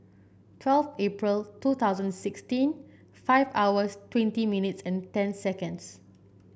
twelve April two thousand sixteen five hours twenty minutes and ten seconds